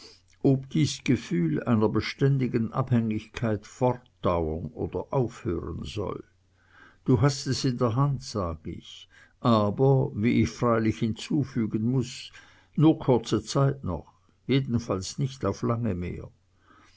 ob dies gefühl einer beständigen abhängigkeit fortdauern oder aufhören soll du hast es in der hand sag ich aber wie ich freilich hinzufügen muß nur kurze zeit noch jedenfalls nicht auf lange mehr